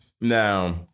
Now